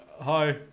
Hi